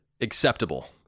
acceptable